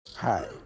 Hi